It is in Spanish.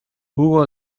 hugo